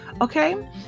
okay